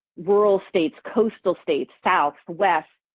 rural states, coastal states, south, west,